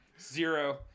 Zero